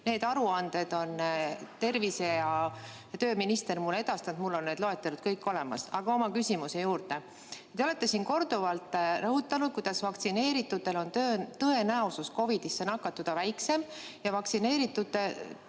Need aruanded on tervise- ja tööminister mulle edastanud, mul on need loetelud kõik olemas. Aga oma küsimuse juurde. Te olete siin korduvalt rõhutanud, et vaktsineeritutel on tõenäosus COVID‑isse nakatuda väiksem ja vaktsineeritud